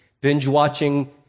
binge-watching